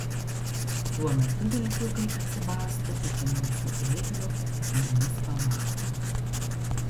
tuo metu vilkiukai atsibasto iki mūsų ėglio ir mus pamato